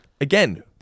Again